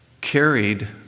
carried